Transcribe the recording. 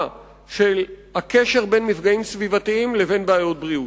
של הקשר בין מפגעים סביבתיים לבין בעיות בריאות,